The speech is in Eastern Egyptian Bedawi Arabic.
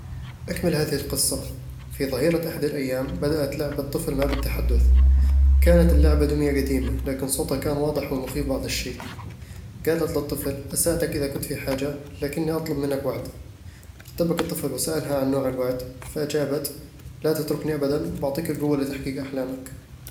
أكمل هذه القصة: في ظهيرة أحد الأيام، بدأت لعبة طفل ما بالتحدث كانت اللعبة دمية قديمة، لكن صوتها كان واضح ومخيف بعض الشيء قالت للطفل: "أساعدك إذا كنت في حاجة، لكنني أطلب منك وعد." ارتبك الطفل وسألها عن نوع الوعد، فأجابت: "لا تتركني أبدًا، وبعطيك القوة لتحقيق أحلامك